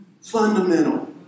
Fundamental